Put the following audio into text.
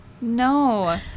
no